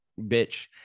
bitch